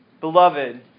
Beloved